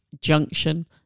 Junction